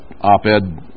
op-ed